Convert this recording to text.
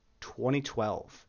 2012